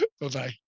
Bye-bye